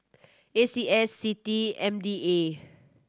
A C S CITI M D A